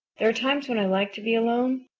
there are times when i like to be alone,